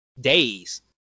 days